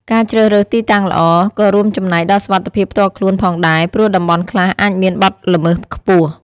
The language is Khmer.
ការជ្រើសរើសទីតាំងល្អ ក៏រួមចំណែកដល់សុវត្ថិភាពផ្ទាល់ខ្លួនផងដែរ ព្រោះតំបន់ខ្លះអាចមានបទល្មើសខ្ពស់។